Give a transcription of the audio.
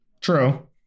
True